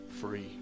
free